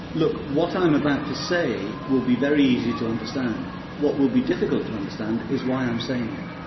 look, what i'm about to say will be very easy to understand. what will be difficult to understand is why i'm saying it.